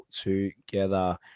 together